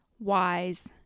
wise